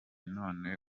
none